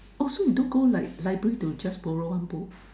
oh so you don't go like library to just borrow one book